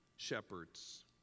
shepherds